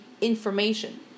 information